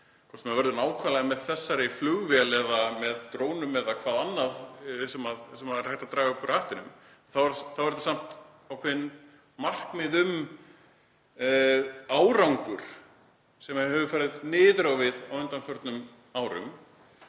hvort sem það verður nákvæmlega með þessari flugvél eða með drónum eða hvað annað sem er hægt að draga upp úr hattinum þá eru þetta samt ákveðin markmið um árangur sem hafa farið niður á við á undanförnum árum,